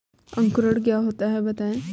अंकुरण क्या होता है बताएँ?